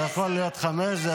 זה יכול להיות חמש.